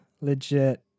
legit